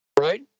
right